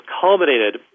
culminated